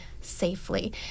safely